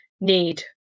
need